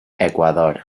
ecuador